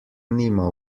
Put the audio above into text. nima